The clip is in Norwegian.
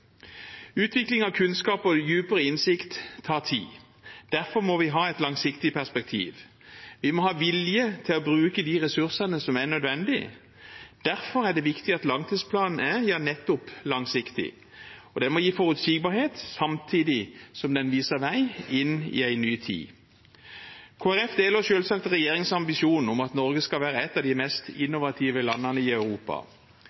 Utvikling av kunnskap og dypere innsikt tar tid. Derfor må vi ha et langsiktig perspektiv. Vi må ha vilje til å bruke de ressursene som er nødvendige. Derfor er det viktig at langtidsplanen er nettopp langsiktig. Den må gi forutsigbarhet, samtidig som den viser vei inn i en ny tid. Kristelig Folkeparti deler selvsagt regjeringens ambisjon om at Norge skal være et av de mest